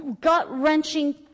gut-wrenching